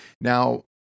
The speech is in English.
Now